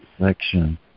section